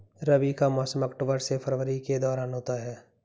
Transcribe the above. रबी का मौसम अक्टूबर से फरवरी के दौरान होता है